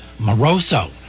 moroso